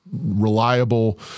reliable